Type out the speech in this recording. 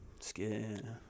Skin